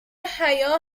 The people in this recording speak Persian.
حیا